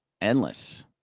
endless